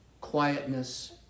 quietness